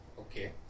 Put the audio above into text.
Okay